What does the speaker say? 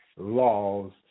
laws